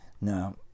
Now